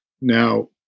now